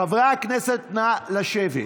חברי הכנסת, נא לשבת,